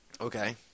Okay